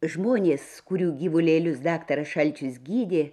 žmonės kurių gyvulėlius daktaras šalčius gydė